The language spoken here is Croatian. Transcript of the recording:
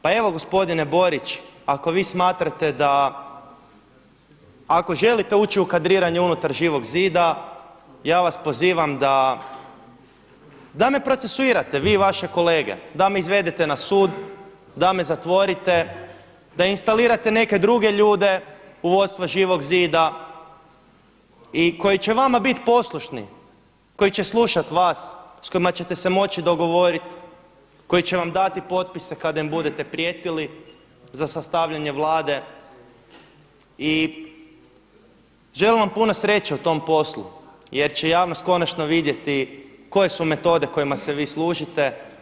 Pa evo gospodine Borić, ako vi smatrate da, ako želite ući u kadroviranje unutar Živog zida ja vas pozivam da me procesuirate vi i vaše kolege, da me izvedete na sud, da me zatvorite, da instalirate neke druge ljude u vodstvo Živog zida i koji će vama biti poslušni, koji će slušati vas, s kojima ćete se moći dogovoriti, koji će vam dati potpise kada im budete prijetili za sastavljanje Vlade i želim vam puno sreće u tom poslu jer će javnost konačno vidjeti koje su metode kojima se vi služite.